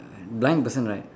blind person right